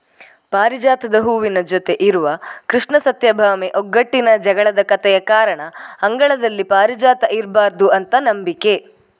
ಪಾರಿಜಾತದ ಹೂವಿನ ಜೊತೆ ಇರುವ ಕೃಷ್ಣ ಸತ್ಯಭಾಮೆ ಒಟ್ಟಿಗಿನ ಜಗಳದ ಕಥೆಯ ಕಾರಣ ಅಂಗಳದಲ್ಲಿ ಪಾರಿಜಾತ ಇರ್ಬಾರ್ದು ಅಂತ ನಂಬಿಕೆ